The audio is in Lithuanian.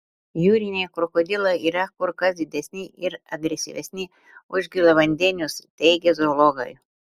jūriniai krokodilai yra kur kas didesni ir agresyvesni už gėlavandenius teigia zoologai